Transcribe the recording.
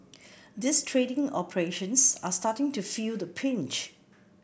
these trading operations are starting to feel the pinch